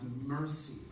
mercy